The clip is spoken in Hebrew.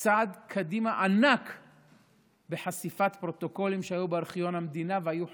צעד ענק קדימה בחשיפת פרוטוקולים שהיו בארכיון המדינה והיו חסויים.